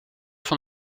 van